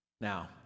Now